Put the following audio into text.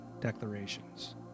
declarations